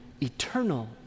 eternal